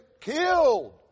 killed